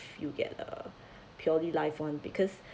you get a purely life one because